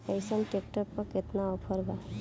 अइसन ट्रैक्टर पर केतना ऑफर बा?